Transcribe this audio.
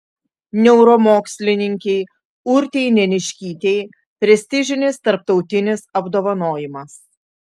neuromokslininkei urtei neniškytei prestižinis tarptautinis apdovanojimas